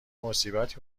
مصیبتی